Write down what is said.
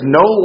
no